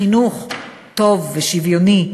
חינוך טוב ושוויוני,